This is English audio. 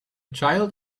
child